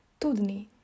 tudni